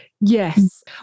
Yes